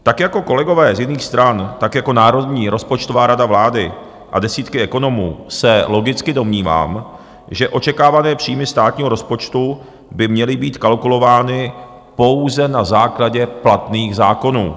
Tak jako kolegové z jiných stran, tak jako Národní rozpočtová rada vlády a desítky ekonomů se logicky domnívám, že očekávané příjmy státního rozpočtu by měly být kalkulovány pouze na základě platných zákonů.